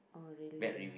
oh really ah